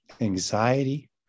anxiety